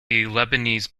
lebanese